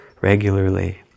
regularly